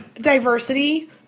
diversity